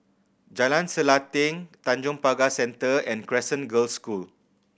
Jalan Selanting Tanjong Pagar Centre and Crescent Girls' School